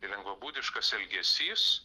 ir lengvabūdiškas elgesys